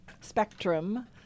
spectrum